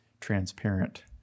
transparent